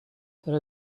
there